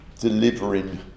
delivering